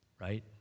Right